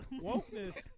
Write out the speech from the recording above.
wokeness